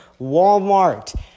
Walmart